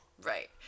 Right